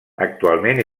actualment